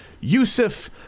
Yusuf